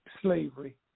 slavery